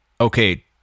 Okay